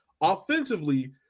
Offensively